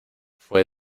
fue